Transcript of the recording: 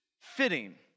fitting